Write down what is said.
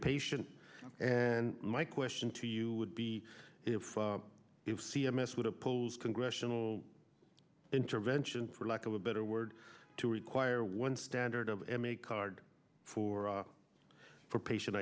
patient and my question to you would be if c m s would oppose congressional intervention for lack of a better word to require one standard of m a card for for patient